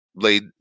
Laid